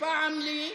פעם לי,